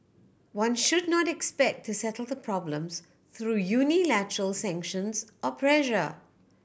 one should not expect to settle the problems through unilateral sanctions or pressure